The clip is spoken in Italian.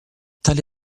tali